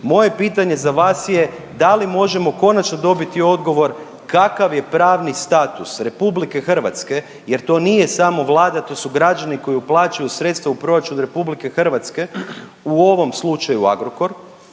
moje pitanje za vas je da li možemo konačno dobiti odgovor kakav je pravni status RH jer to nije samo Vlada, to su građani koji uplaćuju sredstva u proračun RH, u ovom slučaju Agrokor,